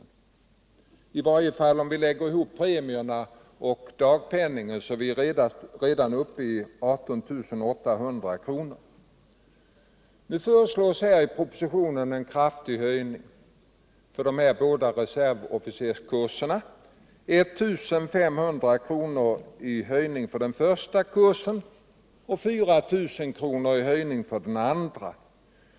Om vi lägger ihop premierna och dagpenningen, kommer vi under alla förhållanden upp till 18 800 kr. Nu föreslås det i propositionen en kraftig höjning för de båda reservofficerskurserna, nämligen 1 500 kr. ytterligare för den första och 4000 kr. ytterligare för den andra.